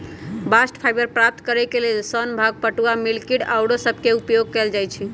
bast fibre प्राप्त करेके लेल सन, भांग, पटूआ, मिल्कवीड आउरो सभके उपयोग कएल जाइ छइ